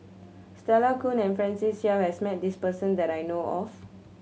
Stella Kon and Francis Seow has met this person that I know of